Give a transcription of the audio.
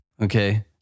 Okay